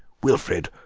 wilfrid!